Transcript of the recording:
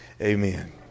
Amen